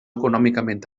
econòmicament